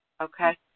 Okay